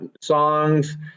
songs